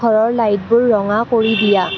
ঘৰৰ লাইটবোৰ ৰঙা কৰি দিয়া